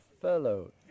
fellow